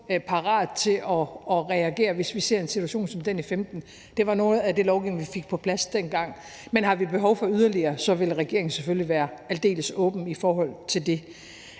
parat til at reagere med, hvis vi ser en situation som den i 2015. Det var noget af det lovgivning, vi fik på plads dengang. Men har vi behov for yderligere, vil regeringen selvfølgelig være aldeles åben i forhold til det.